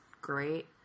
great